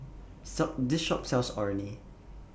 This Shop sells Orh Nee